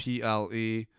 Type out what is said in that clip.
ple